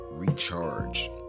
recharge